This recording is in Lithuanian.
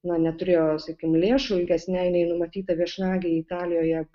na neturėjo sakykim lėšų ilgesnei nei numatyta viešnagei italijoje